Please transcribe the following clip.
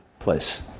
Place